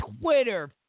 Twitter